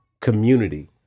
community